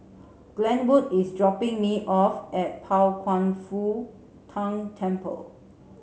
Glenwood is dropping me off at Pao Kwan Foh Tang Temple